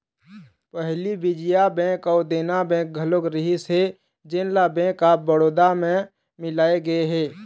पहली विजया बेंक अउ देना बेंक घलोक रहिस हे जेन ल बेंक ऑफ बड़ौदा बेंक म मिलाय गे हे